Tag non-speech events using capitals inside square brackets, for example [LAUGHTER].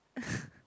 [LAUGHS]